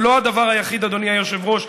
אדוני היושב-ראש,